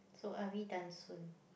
so are we done soon